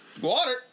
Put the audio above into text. Water